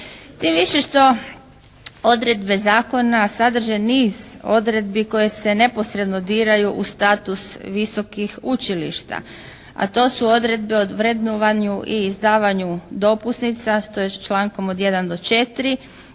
Tim više što odredbe zakona sadrže niz odredbi koje se neposredno diraju u status visokih učilišta a to su odredbe o vrednovanju i izdavanju dopusnica tj. člankom od 1. do 4.